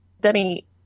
Denny